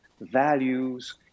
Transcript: values